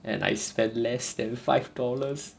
and I spent less than five dollars